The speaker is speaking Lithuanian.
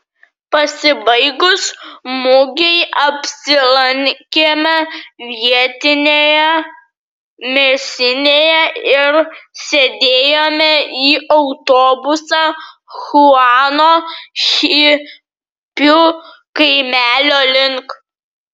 pasibaigus mugei apsilankėme vietinėje mėsinėje ir sėdome į autobusą chuano hipių kaimelio link